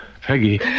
Peggy